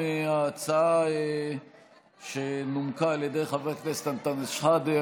הצעה שנומקה על ידי חבר הכנסת אנטאנס שחאדה,